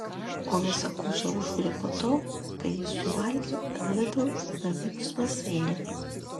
o visa košė užvirė po to kai jis suvalgė lidl gamybos mėsainį